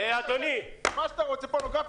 אדוני, כשנתתי לך לא עזרת לי.